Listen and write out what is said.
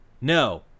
no